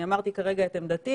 אני אמרתי כרגע את עמדתי,